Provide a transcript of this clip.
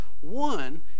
One